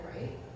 right